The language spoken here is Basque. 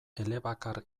elebakar